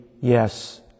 yes